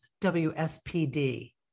WSPD